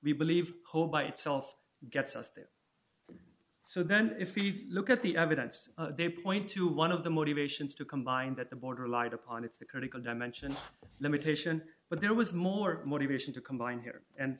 we believe hold by itself gets us to do so then if we look at the evidence they point to one of the motivations to combine that the border light upon it's the critical dimension limitation but there was more motivation to combine here and